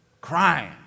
crying